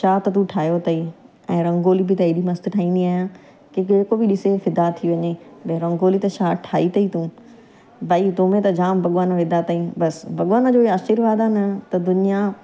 छा त तूं ठाहियो अथई ऐं रंगोली बि त एॾी मस्तु ठाइनी आहियां की जेको बि ॾिसे फ़िदा थी वञे भई रंगोली त छा ठाई अथई तू भाई तोमें त जाम भॻवानु विधा अथई बसि भॻवानु जो बि आशीर्वाद आहे न त दुनियां